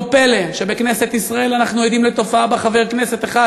לא פלא שבכנסת ישראל אנחנו עדים לתופעה שבה חבר כנסת אחד